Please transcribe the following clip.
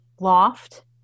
Loft